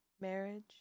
marriage